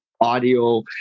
audio